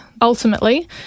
ultimately